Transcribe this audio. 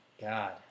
God